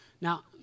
now